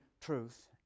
truth